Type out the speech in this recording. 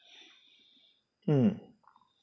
mm